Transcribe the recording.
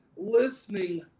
Listening